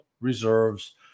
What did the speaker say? reserves